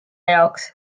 jaoks